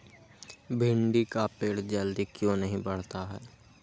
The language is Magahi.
भिंडी का पेड़ जल्दी क्यों नहीं बढ़ता हैं?